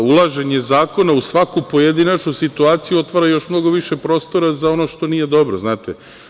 Ulaženje zakona u svaku pojedinačnu situaciju, otvara još mnogo više prostora za ono što nije dobro, znate.